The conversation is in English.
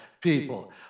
people